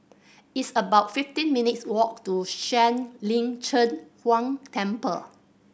it's about fifteen minutes' walk to Shuang Lin Cheng Huang Temple